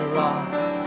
rocks